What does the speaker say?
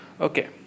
Okay